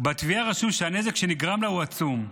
ובתביעה רשום שהנזק שנגרם לה הוא עצום.